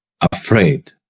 afraid